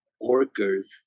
workers